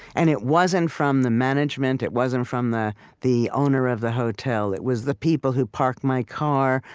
and it wasn't from the management, it wasn't from the the owner of the hotel. it was the people who parked my car,